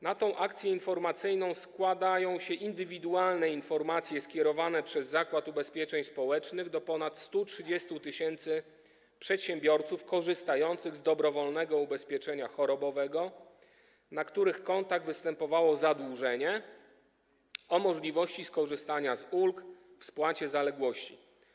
Na tę akcję informacyjną składają się indywidualne informacje skierowane przez Zakład Ubezpieczeń Społecznych do ponad 130 tys. przedsiębiorców korzystających z dobrowolnego ubezpieczenia chorobowego, na których kontach występowało zadłużenie, o możliwości skorzystania z ulg w spłacie zaległości.